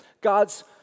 God's